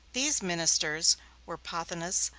these ministers were pothinus,